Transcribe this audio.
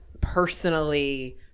personally